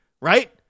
right